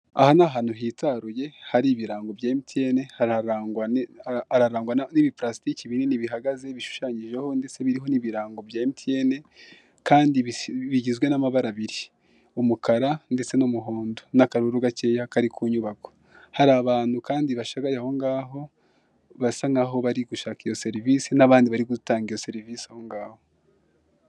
Gukoresha uburyo bwo hutimiza ibyo waguze bigira akamaro kanini cyane: harimo gukwirakwiza ibicuruzwa mu bice byose, harimo kongera ikoranabuhanga. Kuko gutumiza ibyo waguze, bifasha n'ikoranabuhanga nk'uburyo bwa telefoni cyangwa porogame, bigafasha abakiriya kumenya ibyo bakeneye nta mbogamizi. Kandi bishobora gushyigikira ubucuruzi bw'abakora ibintu bigiye bitandukanye, nk'uruge ro vuba. Waba ushaka amakuru arambuye ku kigo runaka cy'izi serivisi cyangwa uko bigenda? Hano turimo turabona uburyo ushobora kugura imyenda y'abagore, cyangwa se imyenda y'abana, ukoresheje ikoranabuhanga.